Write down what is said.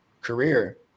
career